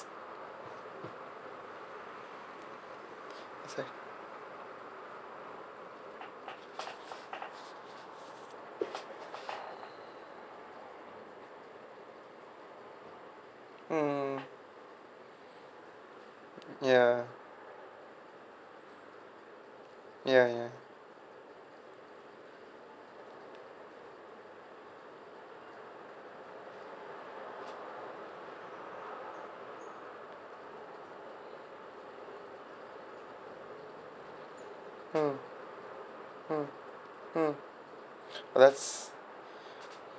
that's why hmm ya ya ya mm mm mm that's